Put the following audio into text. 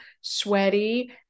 sweaty